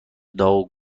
داغ